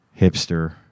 Hipster